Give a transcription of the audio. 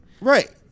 right